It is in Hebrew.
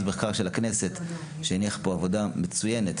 המחקר של הכנסת שהניח פה עבודה מצוינת,